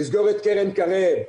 לסגור את קרן קר"ב,